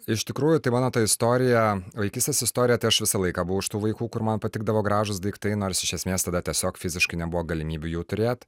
iš tikrųjų tai mano ta istorija vaikystės istorija tai aš visą laiką buvau iš tų vaikų kur man patikdavo gražūs daiktai nors iš esmės tada tiesiog fiziškai nebuvo galimybių jų turėt